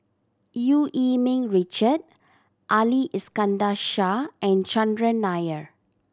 Eu Yee Ming Richard Ali Iskandar Shah and Chandran Nair